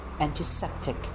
antiseptic